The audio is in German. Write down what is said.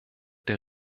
der